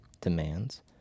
demands